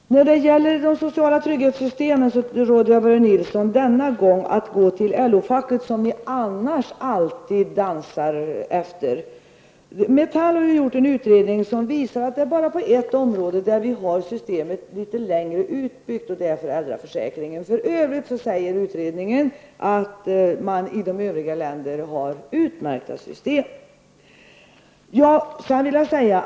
Herr talman! När det gäller de sociala trygghetssystemen råder jag Börje Nilsson att denna gång gå till LO-facket, vars pipa ni annars alltid dansar efter. Metall har ju gjort en utredning som visar att det bara är på ett område som vi har systemet litet längre utbyggt, och det är föräldraförsäkringen. För övrigt säger utredningen att man i övriga länder har utmärkta system.